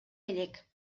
элек